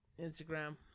Instagram